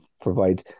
provide